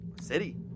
city